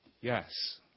Yes